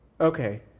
Okay